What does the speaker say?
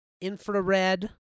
infrared